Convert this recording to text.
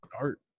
Art